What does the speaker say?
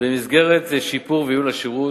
במסגרת שיפור וייעול השירות,